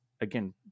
again